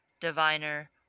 diviner